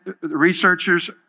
researchers